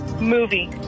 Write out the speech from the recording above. Movie